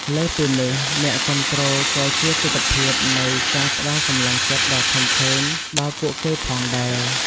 លើសពីនេះ អ្នកគាំទ្រក៏ជាទិដ្ឋភាពនៃការផ្តល់កម្លាំងចិត្តដ៏ធំធេងដល់ពួកគេផងដែរ។